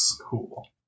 Cool